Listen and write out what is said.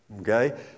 Okay